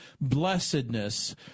blessedness